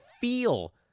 feel